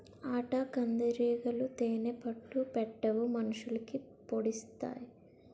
ఆటకందిరీగలు తేనే పట్టు పెట్టవు మనుషులకి పొడిసెత్తాయి